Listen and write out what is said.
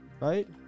right